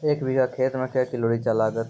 एक बीघा खेत मे के किलो रिचा लागत?